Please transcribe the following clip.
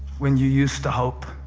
when you used to hope